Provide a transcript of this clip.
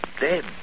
dead